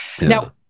Now